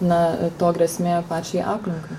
na to grėsmė pačiai aplinkai